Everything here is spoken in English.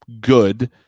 good